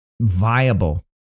viable